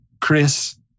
Chris